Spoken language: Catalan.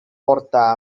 portar